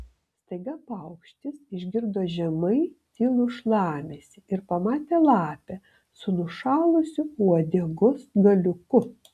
staiga paukštis išgirdo žemai tylų šlamesį ir pamatė lapę su nušalusiu uodegos galiuku